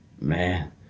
Man